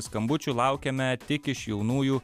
skambučių laukiame tik iš jaunųjų